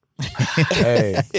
Hey